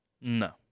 No